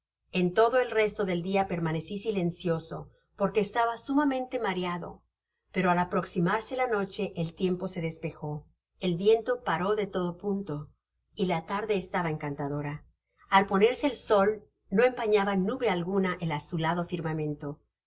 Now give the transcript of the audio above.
en todo el resto del dia permaneci silencioso porque estaba sumamente mareado pero al aproximarse la noche el tiempo se despejó el viento paró de todo ponto y la tarde estaba encantadora al ponerse el sol no empanaba nube alguna el azulado firmamento